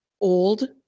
old